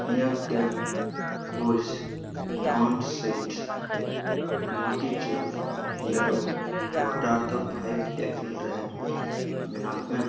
ᱤᱧᱟᱹᱜᱽ ten pouches Anand sweet motichoor laddu order ᱫᱚ five ᱤᱯᱤᱞ rate ᱮᱢᱟᱜ ᱢᱮ